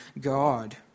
God